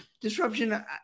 disruption